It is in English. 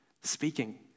speaking